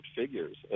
figures